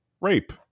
rape